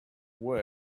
work